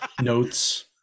notes